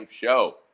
show